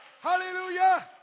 hallelujah